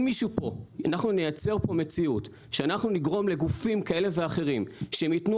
אם אנחנו נייצר פה מציאות שאנחנו נגרום לגופים כאלה ואחרים שהם ייתנו